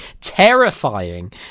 terrifying